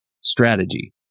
strategy